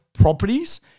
properties